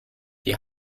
die